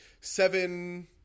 seven